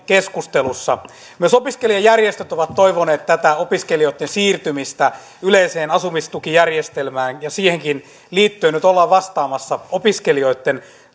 keskustelussa myös opiskelijajärjestöt ovat toivoneet tätä opiskelijoitten siirtymistä yleiseen asumistukijärjestelmään ja siihenkin liittyen nyt ollaan vastaamassa opiskelijoitten